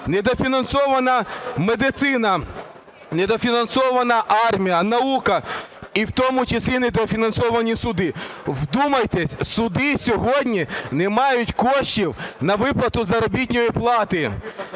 недофінансована медицина, недофінансована армія, наука і в тому числі недофінансовані суди. Вдумайтесь, суди сьогодні не мають коштів на виплату заробітної плати,